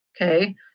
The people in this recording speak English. Okay